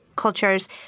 cultures